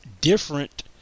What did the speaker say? different